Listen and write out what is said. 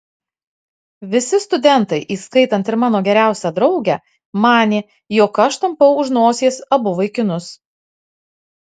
visi studentai įskaitant ir mano geriausią draugę manė jog aš tampau už nosies abu vaikinus